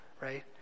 right